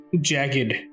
jagged